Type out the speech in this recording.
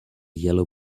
yellow